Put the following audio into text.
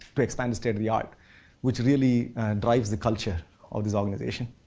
to expand the state of the art which really drives the culture of this organization.